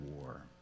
war